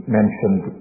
mentioned